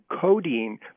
codeine